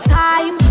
time